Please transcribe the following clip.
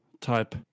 type